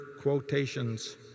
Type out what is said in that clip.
quotations